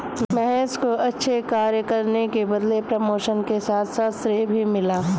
महेश को अच्छे कार्य करने के बदले प्रमोशन के साथ साथ श्रेय भी मिला